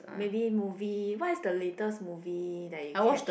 maybe movie what is the latest movie that you catch